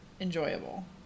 enjoyable